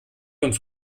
uns